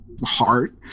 heart